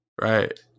right